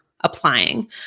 applying